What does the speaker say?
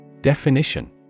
Definition